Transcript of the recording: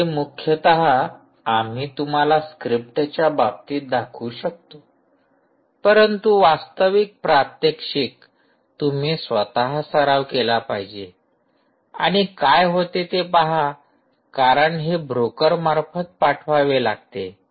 तर हे मुख्यतः आम्ही तुम्हाला स्क्रिप्टच्या बाबतीत दाखवू शकतो परंतु वास्तविक प्रात्यक्षिक तुम्ही स्वतः सराव केला पाहिजे आणि काय होते ते पहा कारण हे ब्रोकरमार्फत पाठवावे लागते